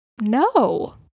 No